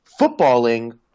footballing